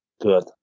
Good